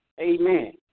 Amen